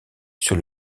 sur